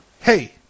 Hey